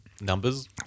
Numbers